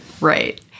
Right